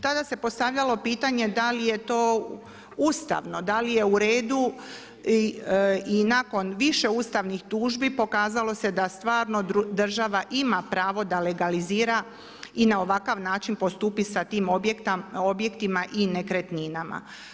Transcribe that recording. Tada se postavljalo pitanje da li je to ustavno, da li je u redu i nakon više ustavnih tužbi pokazalo se da stvarno država ima pravo da legalizira i na ovakav način postupi sa tim objektima i nekretninama.